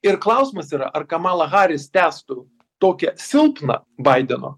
ir klausimas yra ar kamala haris tęstų tokią silpną baideno